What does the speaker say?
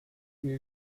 you